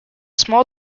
small